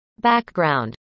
Background